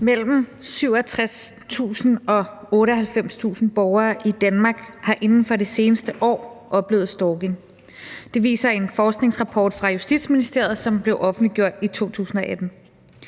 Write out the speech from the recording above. Mellem 67.000 og 98.000 borgere i Danmark har inden for det seneste år oplevet stalking. Det viser en forskningsrapport fra Justitsministeriet, som blev offentliggjort i 2018.